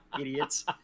idiots